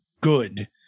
good